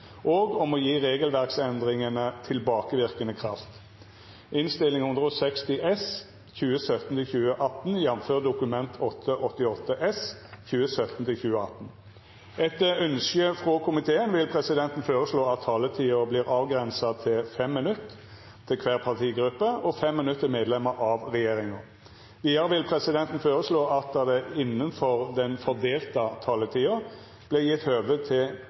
bedt om ordet til sak nr. 2. Etter ønske frå justiskomiteen vil presidenten føreslå at taletida vert avgrensa til 5 minutt til kvar partigruppe og 5 minutt til medlemer av regjeringa. Vidare vil presidenten føreslå at det – innanfor den fordelte taletida – vert gjeve høve til